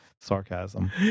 sarcasm